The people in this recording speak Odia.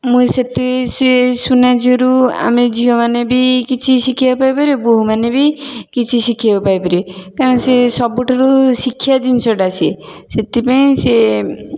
ମୁଁ ସେଥିପାଇଁ ସିଏ ସୁନାଝିଅରୁ ଆମେ ଝିଅମାନେ ବି କିଛି ଶିଖିବାକୁ ପାଇପାରିବୁ ବୋହୂମାନେ ବି କିଛି ଶିଖିବାକୁ ପାଇପାରିବେ କାରଣ ସିଏ ସବୁଠାରୁ ଶିଖିବା ଜିନିଷଟା ସିଏ ସେଥିପାଇଁ ସିଏ